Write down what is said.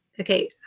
okay